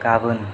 गाबोन